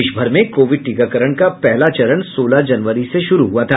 देश भर में कोविड टीकाकरण का पहला चरण सोलह जनवरी से शुरू हुआ था